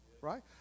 right